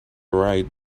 right